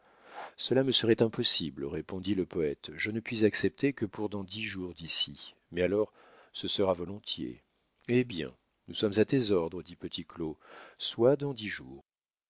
cela me serait impossible répondit le poète je ne puis accepter que pour dans dix jours d'ici mais alors ce sera volontiers eh bien nous sommes à tes ordres dit petit claud soit dans dix jours